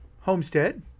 Homestead